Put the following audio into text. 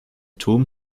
turm